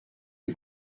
est